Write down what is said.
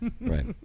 Right